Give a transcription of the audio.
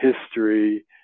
history